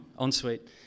ensuite